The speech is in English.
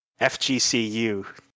FGCU